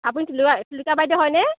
আপুনি তুলি তুলিকা বাইদেউ হয়নে